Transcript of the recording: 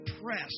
press